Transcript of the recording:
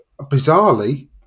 bizarrely